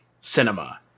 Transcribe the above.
cinema